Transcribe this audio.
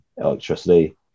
electricity